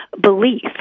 belief